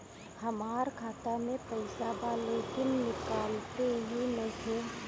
हमार खाता मे पईसा बा लेकिन निकालते ही नईखे?